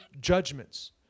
judgments